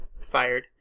fired